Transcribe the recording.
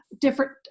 different